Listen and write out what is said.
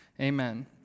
Amen